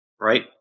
right